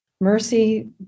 Mercy